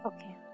Okay